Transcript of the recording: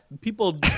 people